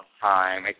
time